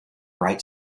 right